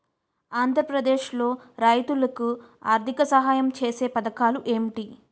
ఆంధ్రప్రదేశ్ లో రైతులు కి ఆర్థిక సాయం ఛేసే పథకాలు ఏంటి?